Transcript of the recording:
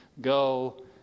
go